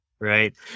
Right